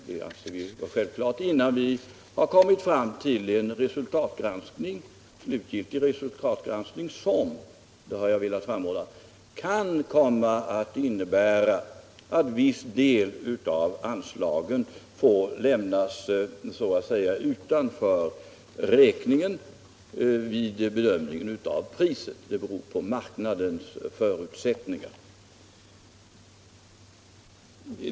Det anser vi vara en självklar åtgärd till dess att vi har kommit fram till en slutgiltig resultatgranskning som — det har jag velat framhålla — kan komma att innebära att viss del av anslagen får lämnas utanför räkningen vid bedömningen av priset. Det beror på marknadens förutsättningar.